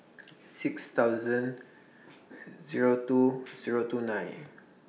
six thousand Zero two Zero two nine